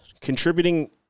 contributing